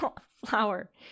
Flower